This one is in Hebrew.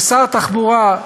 כשר תחבורה,